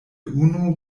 unu